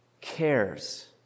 cares